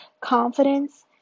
Confidence